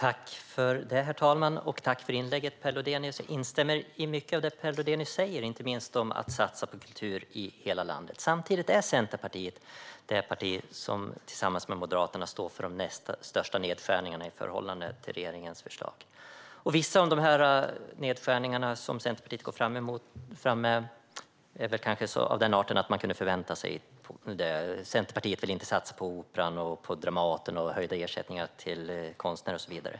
Herr talman! Tack för inlägget, Per Lodenius! Jag instämmer i mycket av det du sa, inte minst om att satsa på kultur i hela landet. Samtidigt är Centerpartiet det parti som tillsammans med Moderaterna står för de största nedskärningarna i förhållande till regeringens förslag. Vissa av de nedskärningar som Centerpartiet går fram med är av den art som man kunde förvänta sig: Centerpartiet vill inte satsa på Operan och Dramaten, höjda ersättningar till konstnärer och så vidare.